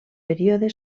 període